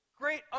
great